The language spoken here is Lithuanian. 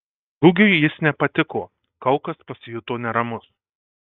gugiui jis nepatiko kaukas pasijuto neramus